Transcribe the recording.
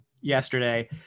yesterday